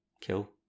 kill